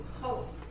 hope